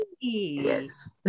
yes